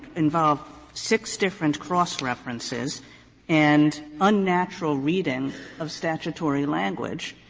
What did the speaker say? involve six different cross references and unnatural reading of statutory language.